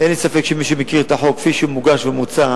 אין לי ספק שמי שמכיר את החוק כפי שהוא מוגש ומוצע